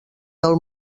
del